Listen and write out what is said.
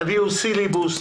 תביאו סילבוס,